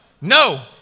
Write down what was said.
no